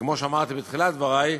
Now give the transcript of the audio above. כמו שאמרתי בתחילת דברי,